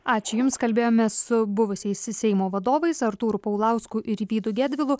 ačiū jums kalbėjome su buvusiais seimo vadovais artūru paulausku ir vydu gedvilu